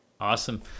Awesome